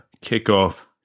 kickoff